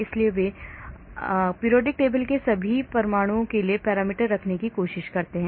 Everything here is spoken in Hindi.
इसलिए वे आवर्त सारणी में सभी परमाणुओं के लिए पैरामीटर रखने की कोशिश करते हैं